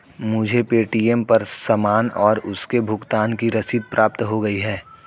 मुझे पे.टी.एम पर सामान और उसके भुगतान की रसीद प्राप्त हो गई है